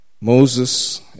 Moses